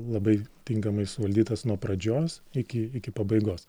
labai tinkamai suvaldytas nuo pradžios iki iki pabaigos